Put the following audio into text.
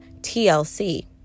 TLC